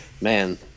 man